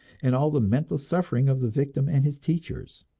and all the mental suffering of the victim and his teachers.